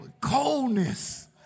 Coldness